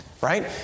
Right